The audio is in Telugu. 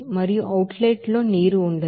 మరియు అవుట్ లెట్ లో నీరు ఉండదు